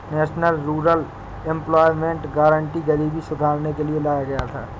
national rural employment guarantee गरीबी सुधारने के लिए लाया गया था